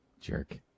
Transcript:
Jerk